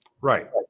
right